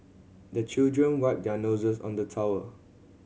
the children wipe their noses on the towel